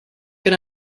can